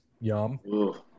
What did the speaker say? Yum